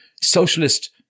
socialist